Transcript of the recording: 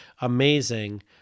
amazing